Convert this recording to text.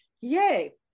yay